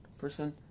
person